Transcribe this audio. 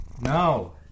No